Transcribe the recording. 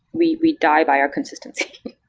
we we die by our consistency,